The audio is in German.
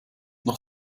noch